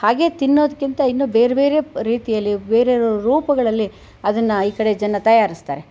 ಹಾಗೆ ತಿನ್ನೋದ್ಕಿಂತ ಇನ್ನು ಬೇರೆ ಬೇರೆ ರೀತಿಯಲ್ಲಿ ಬೇರ್ಬೇರೆ ರೂಪಗಳಲ್ಲಿ ಅದನ್ನು ಈ ಕಡೆ ಜನ ತಯಾರಿಸುತ್ತಾರೆ